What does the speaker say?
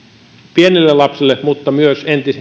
pienille lapsille myös